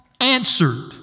answered